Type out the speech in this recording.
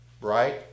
right